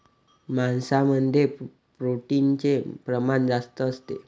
मांसामध्ये प्रोटीनचे प्रमाण जास्त असते